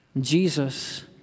Jesus